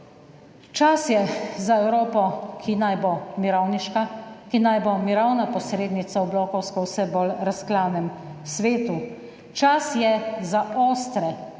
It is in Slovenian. naj bo mirovniška, ki naj bo mirovna posrednica v blokovsko vse bolj razklanem svetu. Čas je za ostre